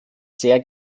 sehr